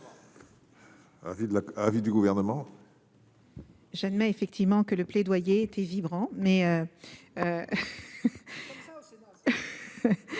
l'avis du gouvernement. Je ne mets effectivement que le plaidoyer était vibrant mais